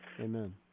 Amen